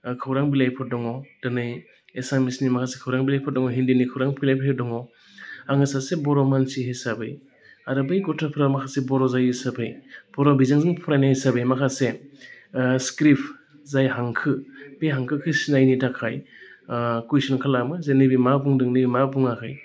खौरां बिलाइफोर दङ दिनै एसामिसनि माखासे खौरां बिलाइफोर दङ हिन्दिनि खौरां बिलाइफोर दङ आङो सासे बर' मानसि हिसाबै आरो बै गथ'फोरा माखासे बर' जायो हिसाबै बर' बिजोंजों फरायनाय हिसाबै माखासे स्क्रिप्ट जाय हांखो बे हांखोखौ सिनायनो थाखाय कुइसन खालामो जे नैबे मा बुंदों नै मा बुङाखै